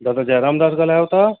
दादा जय राम दादा ॻाल्हायो था